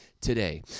today